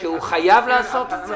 שהוא חייב לעשות את זה?